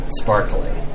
sparkling